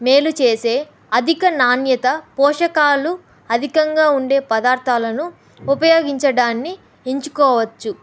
మేలు చేసే అధిక నాణ్యత పోషకాలు అధికంగా ఉండే పదార్థాలను ఉపయోగించడాన్ని ఎంచుకోవచ్చు